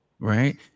right